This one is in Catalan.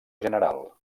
general